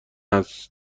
هست